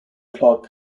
clark